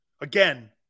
Again